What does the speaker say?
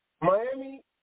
Miami –